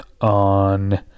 on